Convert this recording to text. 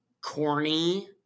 corny